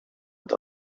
het